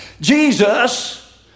Jesus